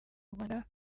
rwanda